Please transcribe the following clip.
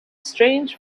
strange